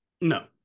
No